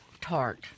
Tart